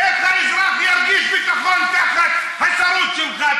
איך האזרח ירגיש ביטחון תחת ההצהרות שלך?